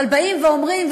אבל באים ואומרים.